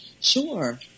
Sure